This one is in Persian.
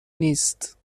نیست